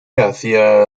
hacia